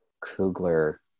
Kugler